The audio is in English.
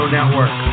Network